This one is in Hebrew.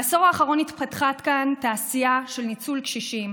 בעשור האחרון התפתחה כאן תעשיית ניצול של קשישים